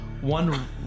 One